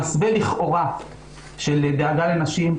במסווה לכאורה של דאגה לנשים,